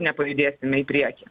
nepajudėsime į priekį